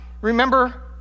Remember